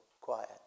quiet